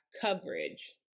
coverage